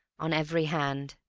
on every hand.